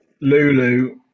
lulu